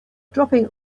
dropping